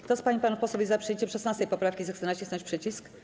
Kto z pań i panów posłów jest za przyjęciem 16. poprawki, zechce nacisnąć przycisk.